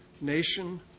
Nation